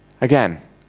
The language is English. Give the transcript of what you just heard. Again